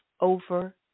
over